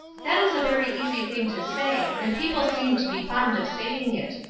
that is a very easy thing to say, and people seem to be fond of saying it,